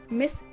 miss